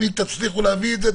אם תצליחו להביא את זה,